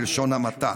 בלשון המעטה.